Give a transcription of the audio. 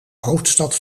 hoofdstad